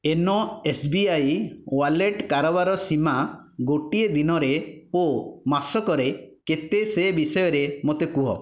YONO SBI wallet କାରବାର ସୀମା ଗୋଟିଏ ଦିନରେ ଓ ମାସକରେ କେତେ ସେ ବିଷୟରେ ମୋତେ କୁହ